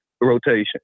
rotation